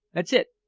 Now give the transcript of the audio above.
that's it!